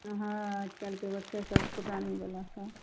हँ आजकलके बच्चा सब फूटानी बला सब